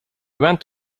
went